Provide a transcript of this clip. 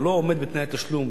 ולא עומד בתנאי התשלום,